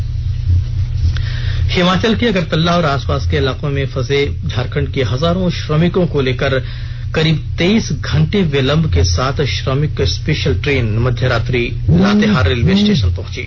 श्रमिक रेल हिमाचल के अगरतला और आस पास के इलाकों में फंसे झारखंड के श्रमिकों को लेकर करीब तेईस घंटा विलंब के साथ श्रमिक स्पेशल ट्रेन मध्यरात्रि लातेहार रेलवे स्टेशन पहंची